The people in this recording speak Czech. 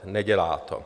Nedělá to.